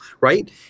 right